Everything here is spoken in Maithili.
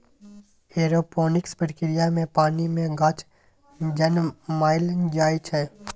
एरोपोनिक्स प्रक्रिया मे पानि मे गाछ जनमाएल जाइ छै